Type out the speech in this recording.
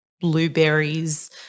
blueberries